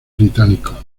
británicos